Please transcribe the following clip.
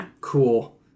cool